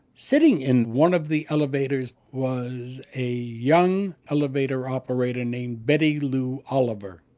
sitting in one of the elevators was a young elevator operator named betty lou oliver.